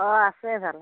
অঁ আছে ভালে